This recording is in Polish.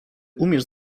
umiesz